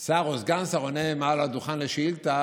שר או סגן השר עונה מעל הדוכן על שאילתה,